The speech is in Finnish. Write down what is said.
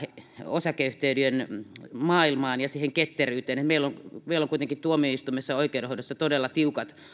osakeyhtiöiden maailmaan ja siihen ketteryyteen meillä on kuitenkin tuomioistuimessa ja oikeudenhoidossa todella tiukat